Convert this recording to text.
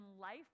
life